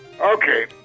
Okay